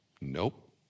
Nope